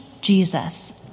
Jesus